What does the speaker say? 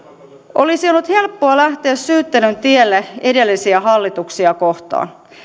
olisi ollut helppoa lähteä syyttelyn tielle edellisiä hallituksia kohtaan